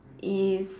is